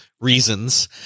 reasons